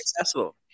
accessible